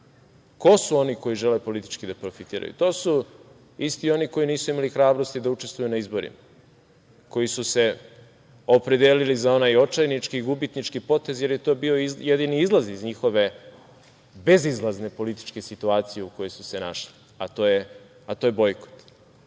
Ko su oni koji žele politički da profitiraju? To su isti oni koji nisu imali hrabrosti da učestvuju na izborima, koji su se opredelili za onaj očajnički i gubitnički potez, jer je to bio jedini izlaz iz njihove bezizlazne političke situacije u kojoj su se našli, a to je bojkot.